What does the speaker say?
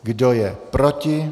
Kdo je proti?